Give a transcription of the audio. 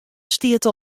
stiet